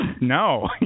No